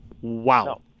Wow